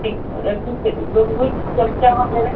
ठीकु आहे रखूं फिर ॿियो कुझु चम्चा